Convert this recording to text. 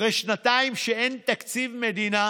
אחרי שנתיים שאין תקציב מדינה